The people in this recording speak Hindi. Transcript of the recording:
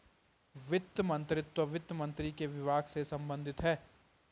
वित्त मंत्रीत्व वित्त मंत्री के विभाग से संबंधित है